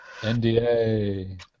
NDA